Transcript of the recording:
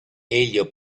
elio